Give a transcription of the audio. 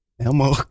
Elmo